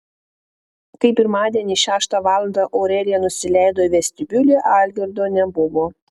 kai pirmadienį šeštą valandą aurelija nusileido į vestibiulį algirdo nebuvo